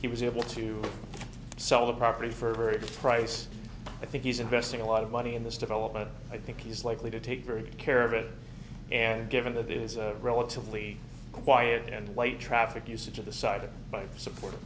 he was able to sell the property for its price i think he's investing a lot of money in this development i think he's likely to take very good care of it and given that it is a relatively quiet and light traffic usage of the side by support